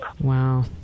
Wow